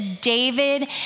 David